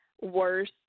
worse